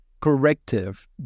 corrective